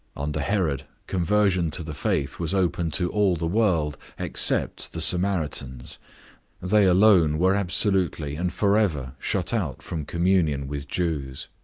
under herod, conversion to the faith was open to all the world except the samaritans they alone were absolutely and forever shut out from communion with jews.